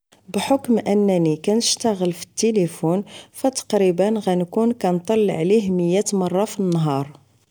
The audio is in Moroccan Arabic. بحكم انني كنشتاغل فالتلفون فتقريبا غنكون كنطل عليه مية مرة فالنهار